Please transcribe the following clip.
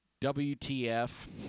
WTF